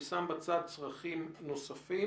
אני שם בצד צרכים נוספים.